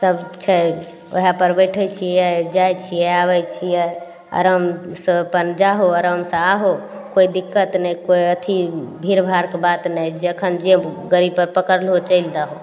सब छै ओएह पर बैठय छियै जाइ छियै आबय छियै आरामसँ अपन जाहो आरामसँ आहो कोइ दिक्कत नहि कोइ अथी भीड़ भाड़के बात नहि जखन जे गाड़ी पकरलहो चलि दहो